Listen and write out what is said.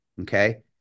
okay